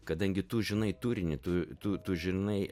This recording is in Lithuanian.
kadangi tu žinai turinį tu tu tu žinai